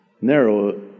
Narrow